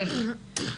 כן.